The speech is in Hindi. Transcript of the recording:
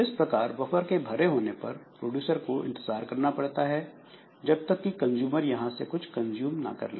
इस प्रकार बफर के भरे होने पर प्रोड्यूसर को इंतजार करना पड़ता है जब तक कि कंजूमर यहां से कुछ कंज्यूम ना कर ले